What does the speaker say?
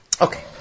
Okay